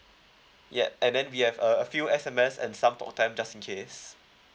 yup and then we have uh a few S_M_S and some talk time just in case